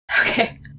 okay